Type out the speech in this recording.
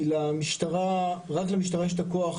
כי רק למשטרה יש את הכוח,